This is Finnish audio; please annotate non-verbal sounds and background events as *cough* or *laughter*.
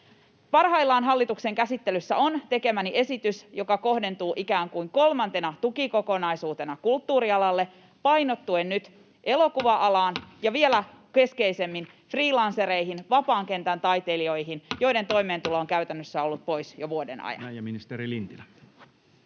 Parhaillaan hallituksen käsittelyssä on tekemäni esitys, joka kohdentuu ikään kuin kolmantena tukikokonaisuutena kulttuurialalle painottuen nyt elokuva-alaan *noise* ja vielä keskeisemmin freelancereihin, vapaan kentän taiteilijoihin, *noise* joiden toimeentulo on käytännössä ollut pois jo vuoden ajan.